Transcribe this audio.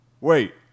Wait